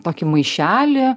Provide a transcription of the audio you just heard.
tokį maišelį